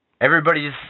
Everybody's